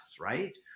right